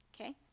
okay